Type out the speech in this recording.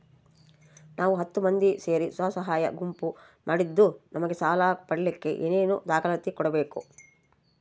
ನಾವು ಹತ್ತು ಮಂದಿ ಸೇರಿ ಸ್ವಸಹಾಯ ಗುಂಪು ಮಾಡಿದ್ದೂ ನಮಗೆ ಸಾಲ ಪಡೇಲಿಕ್ಕ ಏನೇನು ದಾಖಲಾತಿ ಕೊಡ್ಬೇಕು?